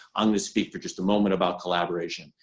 and speak for just a moment about collaboration,